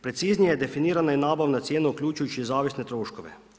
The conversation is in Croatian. Preciznije je definirana i nabavna cijena uključujući i zavisne troškove.